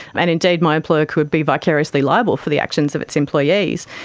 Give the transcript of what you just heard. and indeed my employer could be vicariously liable for the actions of its employees.